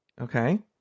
Okay